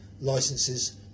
licenses